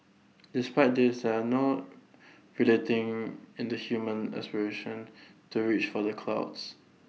despite this are no relenting in the human aspiration to reach for the clouds